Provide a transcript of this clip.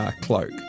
cloak